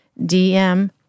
DM